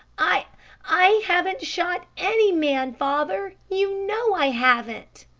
i i haven't shot any man, father! you know i haven't.